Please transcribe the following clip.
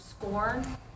scorn